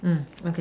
okay